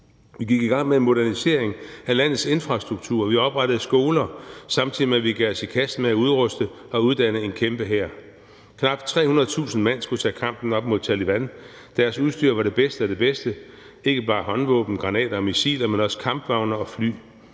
Vi gik i gang med modernisering af landets infrastruktur, og vi oprettede skoler, samtidig med at vi gav os i kast med at udruste og uddanne en kæmpe hær. Knap 300.000 mand skulle tage kampen op mod Taleban, deres udstyr var det bedste af det bedste, ikke bare håndvåben, granater og missiler, men også kampvogne og fly.